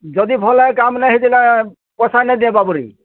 ଯଦି ଭଲ୍ ଭାବେ କାମ୍ ନାହିଁ ହେଇଥିଲା ପଇସା ଦେବା ନାହିଁ ପରି